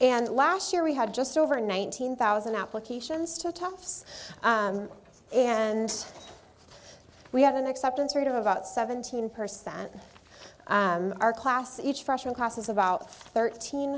and last year we had just over nineteen thousand applications to tufts and we have an acceptance rate of about seventeen percent of our class each freshman class is about thirteen